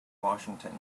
washington